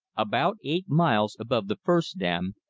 about eight miles above the first dam,